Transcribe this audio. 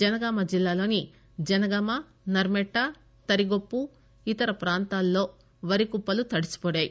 జనగామ జిల్లాలోని జనగామ నర్మెట్ల తరిగొప్పు ఇతర ప్రాంతాల్లో వరికుప్పలు తడిసిపోయాయి